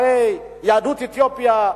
הרי יהדות אתיופיה,